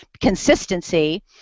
consistency